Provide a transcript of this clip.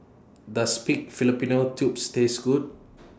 Does Pig Fallopian Tubes Taste Good